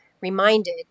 reminded